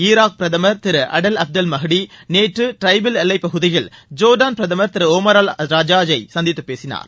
Iraq பிரதமர் Thiru Adel Abdul மாஹிரி நேற்று ட்ரைபிள் எல்வைப்பகுதியில் ஜோர்டான் பிரதமர் திரு ஓமார் அல் ராஜாஜ் ஐ சந்தித்துப் பேசினார்